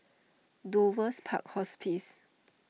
Dover's Park Hospice